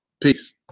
Peace